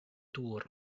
dŵr